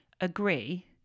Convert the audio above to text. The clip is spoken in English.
agree